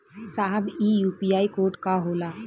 साहब इ UPI code का होला?